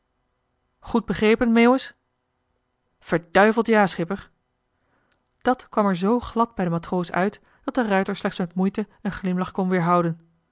begrepen meeuwis verduiveld ja schipper dat kwam er zoo glad bij den matroos uit dat de ruijter slechts met moeite een glimlach kon weerhouden